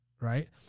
right